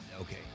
Okay